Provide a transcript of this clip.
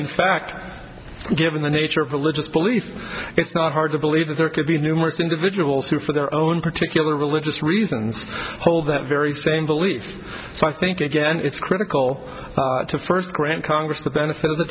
in fact given the nature of religious belief it's not hard to believe that there could be numerous individuals who for their own particular religious reasons hold that very same beliefs so i think again it's critical to first grant congress the benefit of the